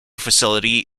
facility